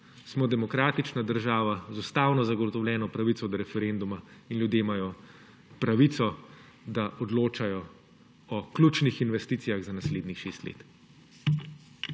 Smo demokratična država z ustavno zagotovljeno pravico do referenduma. Ljudje imajo pravico, da odločajo o ključnih investicijah za naslednjih šest let.